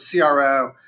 CRO